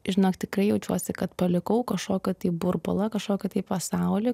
žinok tikrai jaučiuosi kad palikau kažkokį tai burbulą kažkokį tai pasaulį